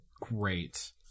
Great